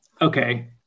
Okay